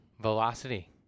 Velocity